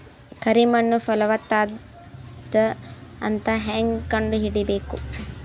ಕರಿ ಮಣ್ಣು ಫಲವತ್ತಾಗದ ಅಂತ ಹೇಂಗ ಕಂಡುಹಿಡಿಬೇಕು?